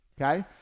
okay